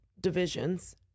divisions